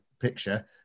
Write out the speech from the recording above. picture